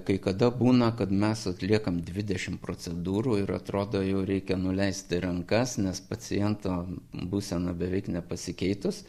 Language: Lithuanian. kai kada būna kad mes atliekam dvidešim procedūrų ir atrodo jau reikia nuleisti rankas nes paciento būsena beveik nepasikeitus